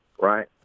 right